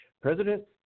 President